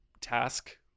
task